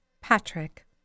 Patrick